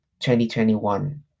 2021